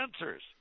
answers